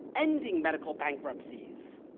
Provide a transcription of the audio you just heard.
ending medical bankruptcies.